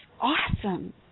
awesome